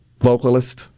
vocalist